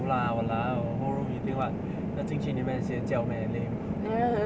no lah !walao! whole room you think what 要进去里面邪教 meh lame